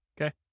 Okay